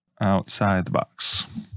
Outside-the-box